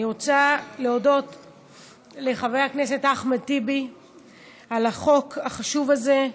אני רוצה להודות לחבר הכנסת אחמד טיבי על החוק החשוב הזה,